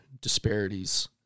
disparities